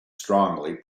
strongly